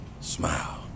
Smile